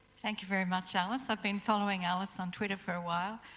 thank you very much alice. i've been following alice on twitter for a while.